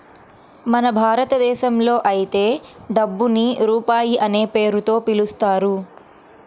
మన భారతదేశంలో అయితే డబ్బుని రూపాయి అనే పేరుతో పిలుస్తారు